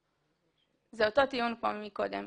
כפי שנטען קודם.